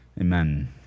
Amen